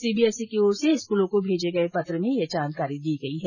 CBSE की ओर से स्कूलों को भेजे गये पत्र में यह जानकारी दी गई है